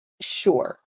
Sure